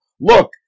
Look